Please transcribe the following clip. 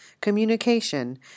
communication